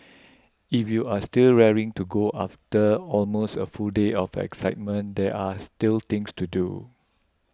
if you are still raring to go after almost a full day of excitement there are still things to do